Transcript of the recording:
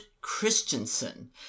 Christensen